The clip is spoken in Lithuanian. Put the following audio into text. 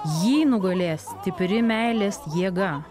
jį nugalės stipri meilės jėga